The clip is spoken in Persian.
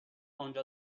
انجا